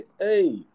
Hey